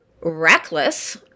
reckless